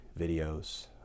videos